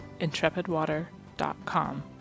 IntrepidWater.com